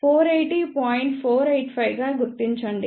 485 గా గుర్తించండి